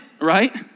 right